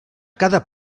cada